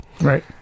Right